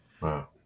wow